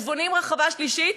ובונים רחבה שלישית.